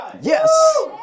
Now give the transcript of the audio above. Yes